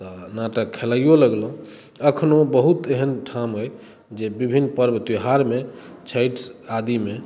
तऽ नाटक खेलायओ लगलहुॅं अखनो बहुत एहन ठाम अय जे विभिन्न पर्व त्योहार मे छठि आदि मे